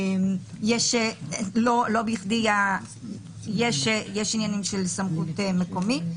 לא בכדי יש עניינים של סמכות מקומית,